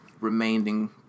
remaining